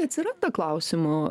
atsiranda klausimų